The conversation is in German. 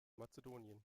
mazedonien